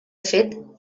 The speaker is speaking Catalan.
fet